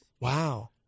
Wow